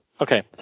okay